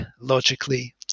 logically